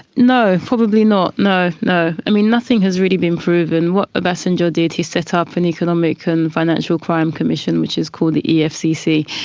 no, probably not. no, no. i mean, nothing has really been proven. what obasanjo did, he set up an economic and financial crime commission, which is called the efcc,